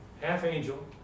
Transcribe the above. half-angel